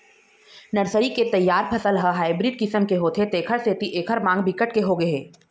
nursery के तइयार फसल ह हाइब्रिड किसम के होथे तेखर सेती एखर मांग बिकट के होगे हे